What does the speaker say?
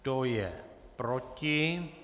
Kdo je proti?